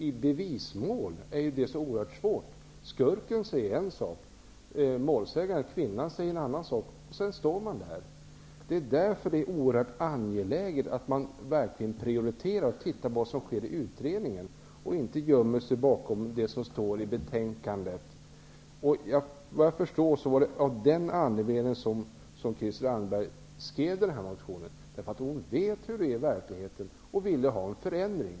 I bevismål är det ju så oerhört svårt, därför att skurken säger en sak, den kvinnliga målsäganden säger en annan sak och sedan står man där. Det är därför oerhört angeläget att man verkligen prioriterar och följer vad som sker i utredningen och inte gömmer sig bakom det som står i betänkandet. Vad jag förstår var anledningen till att Christel Anderberg skrev denna motion att hon känner till verkligheten och att hon därför ville ha en förändring.